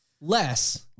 less